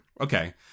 Okay